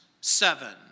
seven